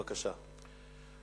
11, אין נמנעים ואין מתנגדים.